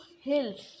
hills